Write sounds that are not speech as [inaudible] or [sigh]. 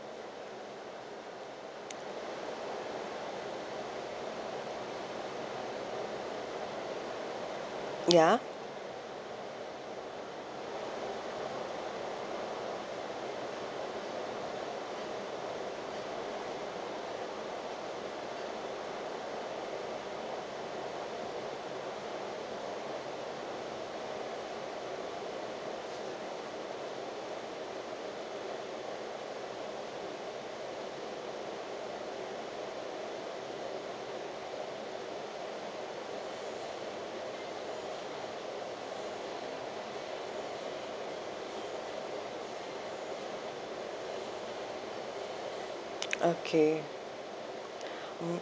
ya [noise] okay [breath] mm